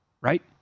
right